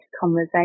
conversation